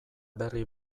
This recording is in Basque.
berri